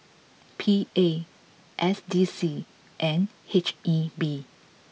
P A S D C and H E B